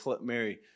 Mary